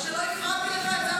ושלא הפרעתי לך.